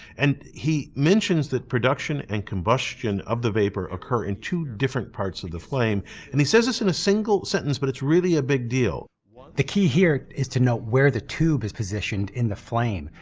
and he mentions that production and combustion of the vapor occur in two different parts of the flame and he says this in a single sentence but it's really a big deal. don the key here is to note where the tube is positioned in the flame.